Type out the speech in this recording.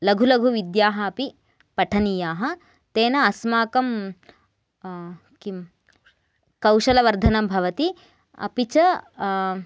लघु लघु विद्याः अपि पठनीयाः तेन अस्माकं किं कौशलवर्धनं भवति अपि च